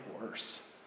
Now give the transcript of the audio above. worse